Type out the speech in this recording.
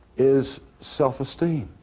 is self-esteem,